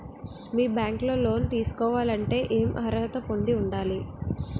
మీ bank లో loan తీసుకోవాలంటే ఎం అర్హత పొంది ఉండాలి?